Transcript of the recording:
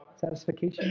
Satisfaction